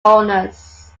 homeowners